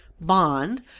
bond